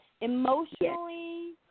emotionally